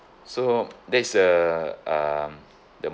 so that's a um the